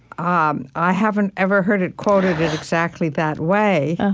um i haven't ever heard it quoted in exactly that way.